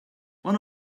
one